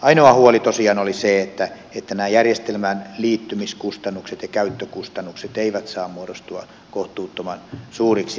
ainoa huoli tosiaan oli se että nämä järjestelmäänliittymiskustannukset ja sen käyttökustannukset eivät saa muodostua kohtuuttoman suuriksi